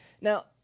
Now